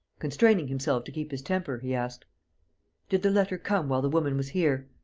constraining himself to keep his temper, he asked did the letter come while the woman was here?